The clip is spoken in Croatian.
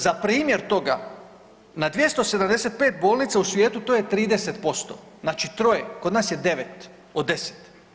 Za primjer toga na 275 bolnica u svijetu to je 30% znači troje, kod nas je 9 od 10.